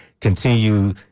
continue